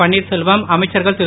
பன்வீர்செல்வம் அமைச்சர்கள் திரு